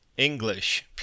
English